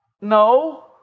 No